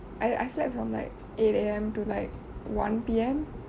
I I slept from like eight A_M to like one P_M